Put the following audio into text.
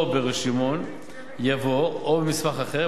או ברשימון יבוא או במסמך אחר,